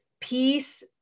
peace